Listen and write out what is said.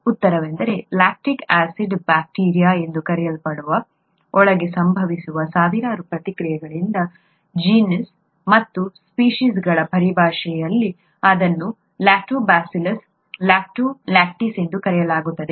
ಉತ್ತರವೆಂದರೆ lactic acid bacteria ಎಂದು ಕರೆಯಲ್ಪಡುವ ಒಳಗೆ ಸಂಭವಿಸುವ ಸಾವಿರಾರು ಪ್ರತಿಕ್ರಿಯೆಗಳಿಂದ genusಜೀನ್ಸ್ ಮತ್ತು ಸ್ಪೀಷೀಸ್ಗಳ ಪರಿಭಾಷೆಯಲ್ಲಿ ಇದನ್ನು ಲ್ಯಾಕ್ಟೋಬಾಸಿಲಸ್ ಲ್ಯಾಕ್ಟೋಕೊಕಸ್ ಲ್ಯಾಕ್ಟಿಸ್ ಎಂದು ಕರೆಯಲಾಗುತ್ತದೆ